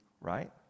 Right